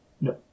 No